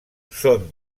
són